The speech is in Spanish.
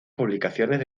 publicaciones